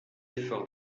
efforts